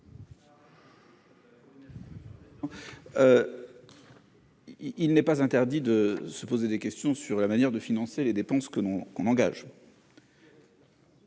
Il n'est pas interdit de se poser des questions sur la manière de financer les dépenses que l'on engage,